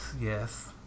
Yes